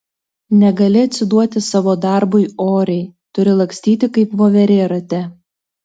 negali atsiduoti savo darbui oriai turi lakstyti kaip voverė rate